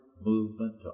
movement